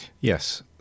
Yes